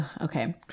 Okay